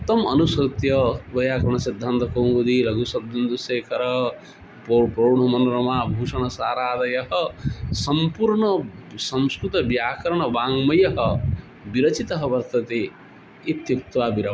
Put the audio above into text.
तम् अनुसृत्य वैय्याकरणसिद्धान्तकौमुदी लघुशब्देन्दुशेखरः पौ प्रौढमनोरमा भूषणसारादयः सम्पूर्णः संस्कृतव्याकरणवाङ्मयः विरचितः वर्तते इत्युक्त्वा विरवामि